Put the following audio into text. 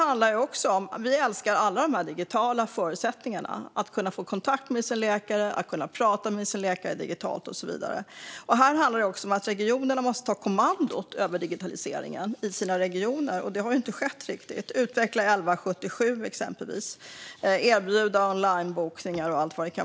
Alla älskar att de digitala förutsättningarna gör det lätt att få kontakt och prata med läkare, men här handlar det också om att regionerna måste ta kommandot över digitaliseringen. Det har inte riktigt skett. Man borde exempelvis utveckla 1177 och erbjuda onlinebokningar.